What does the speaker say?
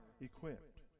equipped